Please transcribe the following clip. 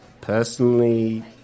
personally